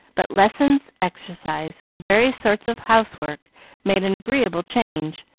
but lessons, exercise, and various sorts of housework made an agreeable change,